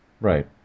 Right